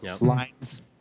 lines